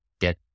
get